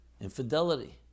infidelity